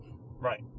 Right